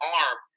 arm